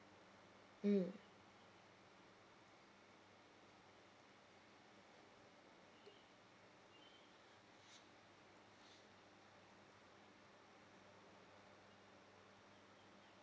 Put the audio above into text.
mm